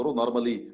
normally